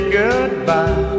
goodbye